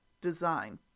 design